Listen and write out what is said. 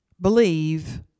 Believe